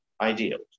ideals